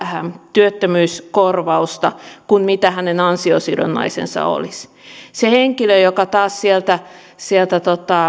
työttömyyskorvausta kuin mitä hänen an siosidonnaisensa olisi se henkilö joka taas sieltä sieltä